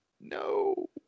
no